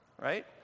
Right